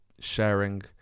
sharing